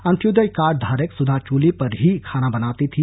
Antyodaya card धारक सुधा चूल्हे पर ही खाना बनाती थी